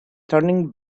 turning